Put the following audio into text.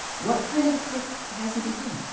what kind of a cook has he become?